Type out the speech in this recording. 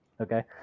okay